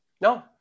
No